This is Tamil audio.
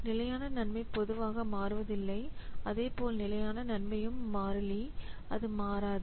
நிலையான நன்மை பொதுவாக மாறுவதில்லை அதேபோல் நிலையான நன்மையும் மாறிலி அது மாறாது